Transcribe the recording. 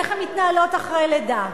איך הן מתנהלות אחרי לידה.